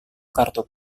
kartu